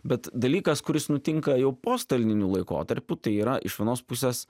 bet dalykas kuris nutinka jau postalininiu laikotarpiu tai yra iš vienos pusės